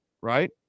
right